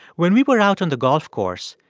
when we were out on the golf course,